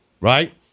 Right